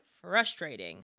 frustrating